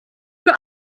für